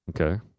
Okay